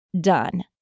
done